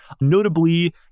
notably